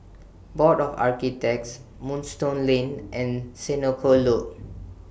Board of Architects Moonstone Lane and Senoko Loop